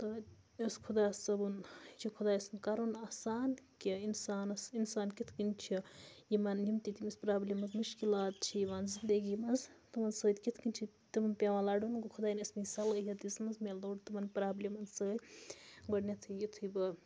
تہٕ یہِ اوس خۄدا صٲبُن یہِ چھِ خۄداے سُنٛد کَرُن آسان کہِ اِنسانَس اِنسان کِتھ کَنۍ چھِ یِمَن یِم تہِ تٔمِس پرٛابلِمٕز مُشکلات چھِ یِوان زندگی منٛز تِمَن سۭتۍ کِتھ کَنۍ چھِ تِمَن پٮ۪وان لَڑُن گوٚو خۄدایَن ٲس مےٚ یہِ صلٲحیت دِژمٕژ مےٚ لوٚڑ تِمَن پرٛابلِمَن سۭتۍ گۄڈنٮ۪تھٕے یُتھُے بہٕ